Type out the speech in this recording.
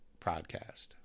podcast